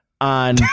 on